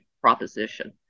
proposition